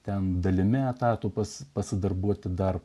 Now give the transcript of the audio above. ten dalimi etatų pas pasidarbuoti dar